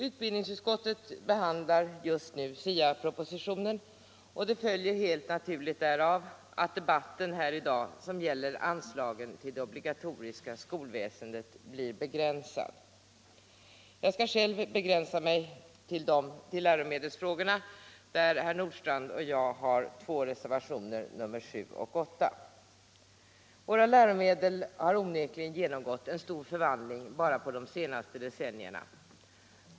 Utbildningsutskottet behandlar nu SIA-propositionen, och det följer helt naturligt därav att debatten här i dag som gäller anslagen till det obligatoriska skolväsendet blir begränsad. Jag skall själv begränsa mig till läromedelsfrågorna, där herr Nordstrandh och jag har avgivit reservationerna 7 och 8. 175 Våra läromedel har onekligen genomgått en stor förvandling bara på de senaste decennierna.